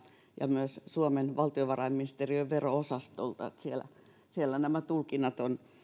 myös suomen valtiovarainministeriön vero osastolta siellä siellä nämä tulkinnat on